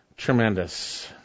Tremendous